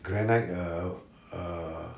granite err err